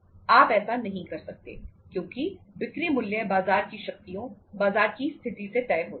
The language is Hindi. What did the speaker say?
आप ऐसा नहीं कर सकते क्योंकि बिक्री मूल्य बाजार की शक्तियों बाजार की स्थिति से तय होता है